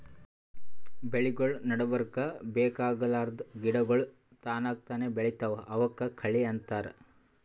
ಬೆಳಿಗೊಳ್ ನಡಬರ್ಕ್ ಬೇಕಾಗಲಾರ್ದ್ ಗಿಡಗೋಳ್ ತನಕ್ತಾನೇ ಬೆಳಿತಾವ್ ಅವಕ್ಕ ಕಳಿ ಅಂತಾರ